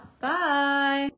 Bye